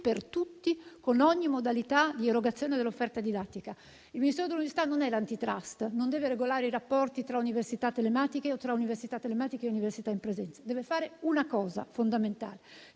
per tutti, con ogni modalità di erogazione dell'offerta didattica. Il Ministero dell'università non è l'Antitrust, non deve regolare i rapporti tra università telematiche o tra università telematiche e università in presenza; deve fare una cosa fondamentale,